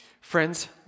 Friends